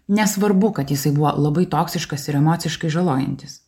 nesvarbu kad jisai buvo labai toksiškas ir emociškai žalojantis